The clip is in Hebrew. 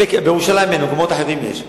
בירושלים אין, במקומות אחרים יש.